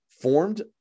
formed